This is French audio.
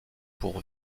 pour